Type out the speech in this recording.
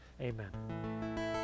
Amen